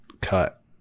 cut